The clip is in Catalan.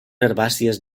herbàcies